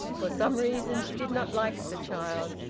for some reason she did not like the child.